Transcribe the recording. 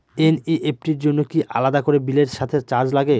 NEFT র জন্য কি আলাদা করে বিলের সাথে চার্জ লাগে?